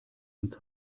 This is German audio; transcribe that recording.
mit